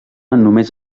només